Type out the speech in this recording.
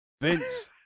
Vince